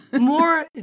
more